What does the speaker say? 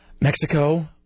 Mexico